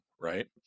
Right